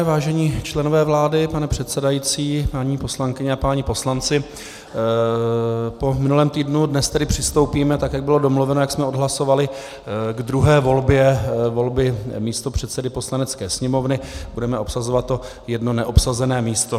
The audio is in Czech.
Vážení členové vlády, pane předsedající, paní poslankyně a páni poslanci, po minulém týdnu dnes tedy přistoupíme, tak jak bylo doplněno a jak jsme odhlasovali, k druhé volbě místopředsedy Poslanecké sněmovny, budeme obsazovat to jedno neobsazené místo.